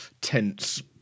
tense